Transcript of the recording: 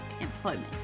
employment